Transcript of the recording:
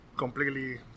Completely